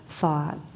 thought